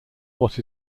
what